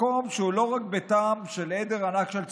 מקום שהוא לא רק ביתם של עדר ענק של צבאים,